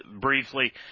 briefly